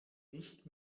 nicht